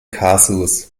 kasus